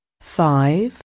Five